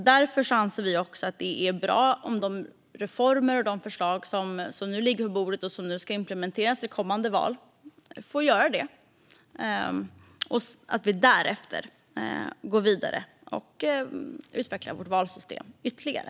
Därför anser vi att det är bra om de reformer och förslag som nu ligger på bordet och som ska implementeras i kommande val får göra det och att vi därefter går vidare och utvecklar vårt valsystem ytterligare.